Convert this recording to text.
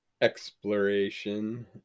exploration